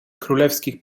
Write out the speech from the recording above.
królewskich